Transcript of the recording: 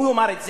הוא אמר את זה,